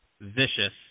vicious